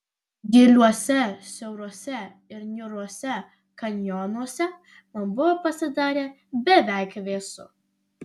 giliuose siauruose ir niūriuose kanjonuose man buvo pasidarę beveik vėsu